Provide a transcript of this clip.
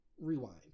Rewind